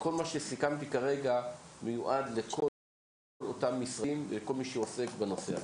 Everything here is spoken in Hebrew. וכל מה שסיכמתי כרגע מיועד לכל אותם המשרדים ולכל מי שעוסק בנושא הזה.